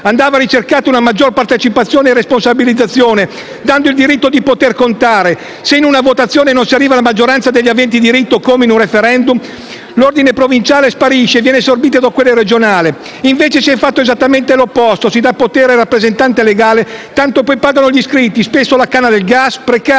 Andava ricercata una maggior partecipazione e responsabilizzazione, dando il diritto di poter contare: se in una votazione non si arriva alla maggioranza degli aventi diritto, come in un *referendum*, l'ordine provinciale sparisce e viene assorbito da quello regionale. Invece, si è fatto esattamente l'opposto: si dà potere al rappresentante legale, tanto poi pagano gli iscritti, spesso alla canna del gas, precari,